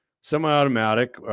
semi-automatic